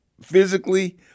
physically